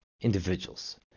individuals